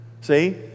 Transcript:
see